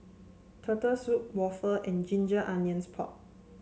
Turtle Soup waffle and Ginger Onions Pork